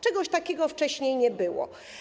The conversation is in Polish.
Czegoś takiego wcześniej nie było.